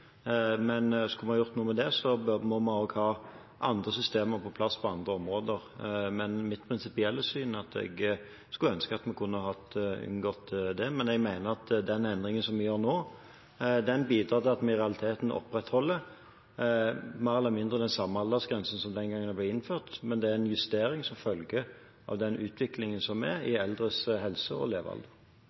men jeg mener at den endringen som vi gjør nå, bidrar til at vi i realiteten opprettholder mer eller mindre den samme aldersgrensen som den gangen den ble innført, med en justering som følge av utviklingen i eldres helse og levealder.